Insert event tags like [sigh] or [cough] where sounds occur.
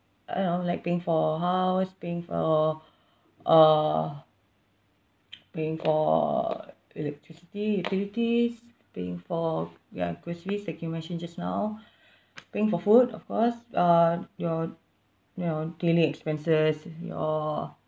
I don't know like paying for house paying for uh [noise] paying for electricity utilities paying for ya groceries like you mentioned just now paying for food of course uh your your daily expenses your